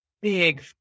big